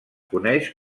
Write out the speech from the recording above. coneix